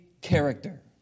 character